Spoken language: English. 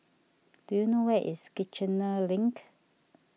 do you know where is Kiichener Link